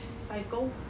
cycle